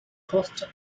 cost